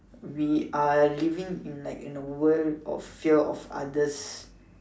we are living like in a world of fear of others